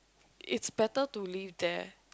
is better to live there